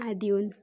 आदि हुन्